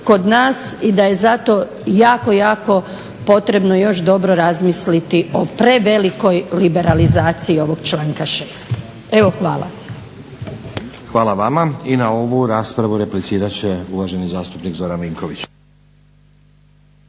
kod nas i da je zato jako, jako potrebno još dobro razmisliti o prevelikoj liberalizaciji ovog članka 6. Evo hvala. **Stazić, Nenad (SDP)** Hvala vama. I na ovu raspravu replicirat će uvaženi zastupnik Zoran Vinković.